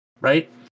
Right